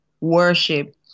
worship